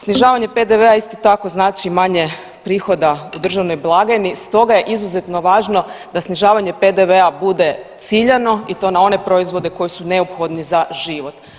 Snižavanje PDV-a isto tako znači manje prihoda u državnoj blagajni stoga je izuzetno važno da snižavanje PDV-a bude ciljano i to na one proizvode koji su neophodni za život.